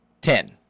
Ten